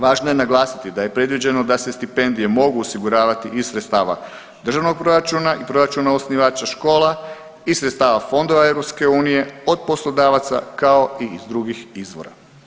Važno je naglasiti da je predviđeno da se stipendije mogu osiguravati iz sredstava državnog proračuna i proračuna osnivača škola iz sredstava fondova EU od poslodavaca kao i iz drugih izvora.